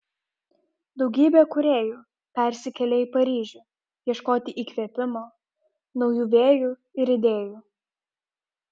daugybė kūrėjų persikėlė į paryžių ieškoti įkvėpimo naujų vėjų ir idėjų